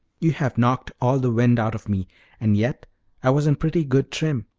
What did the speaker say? you have knocked all the wind out of me and yet i was in pretty good trim.